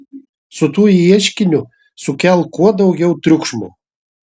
su tuo ieškiniu sukelk kuo daugiau triukšmo